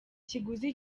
ikiguzi